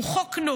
הוא חוק נורא,